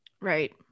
right